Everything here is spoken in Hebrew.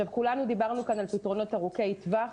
כולנו דיברנו כאן על פתרונות ארוכי טווח.